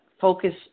focus